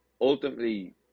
ultimately